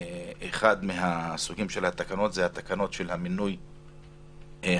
אחד מהסוגים של התקנות זה תקנות מינוי הנאמנים,